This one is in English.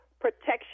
protection